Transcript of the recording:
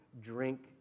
drink